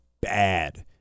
bad